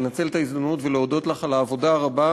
לנצל את ההזדמנות ולהודות לך על העבודה הרבה